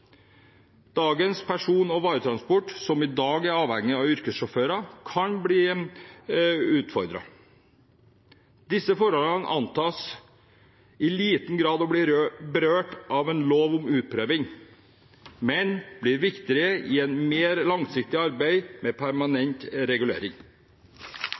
Dagens person- og varetransport, som i dag er avhengig av yrkessjåfører, kan bli utfordret. Disse forholdene antas i liten grad å bli berørt av en lov om utprøving, men blir viktigere i et mer langsiktig arbeid med